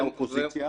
מהאופוזיציה,